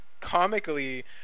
comically